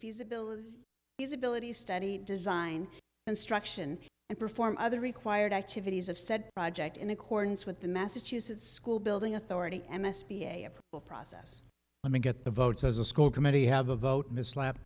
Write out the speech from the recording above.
feasibility is his ability study design instruction and perform other required activities of said project in accordance with the massachusetts school building authority m s p a process let me get the votes as a school committee have a vote miss la